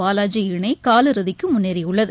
பாலாஜி இணை காலிறுதிக்கு முன்னேறியுள்ளது